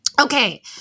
Okay